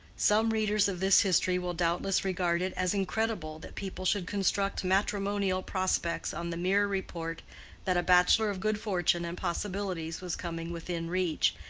some readers of this history will doubtless regard it as incredible that people should construct matrimonial prospects on the mere report that a bachelor of good fortune and possibilities was coming within reach,